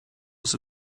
was